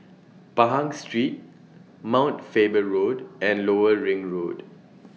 Pahang Street Mount Faber Road and Lower Ring Road